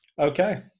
Okay